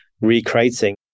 recreating